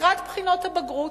לקראת בחינות הבגרות.